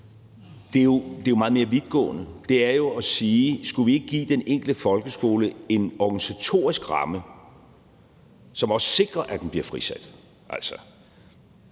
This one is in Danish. bud er meget mere vidtgående. Det er at sige: Skulle vi ikke give den enkelte folkeskole en organisatorisk ramme, som også sikrer, at den bliver frisat?